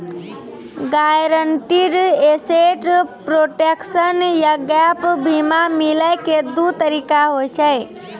guaranteed asset protection या gap बीमा मिलै के दु तरीका होय छै